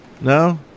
No